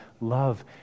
love